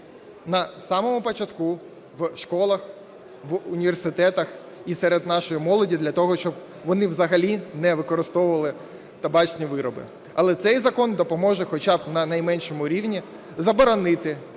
на самому початку в школах, в університетах і серед нашої молоді для того, щоб вони взагалі не використовували табачні вироби. Але цей закон допоможе хоча б на найменшому рівні заборонити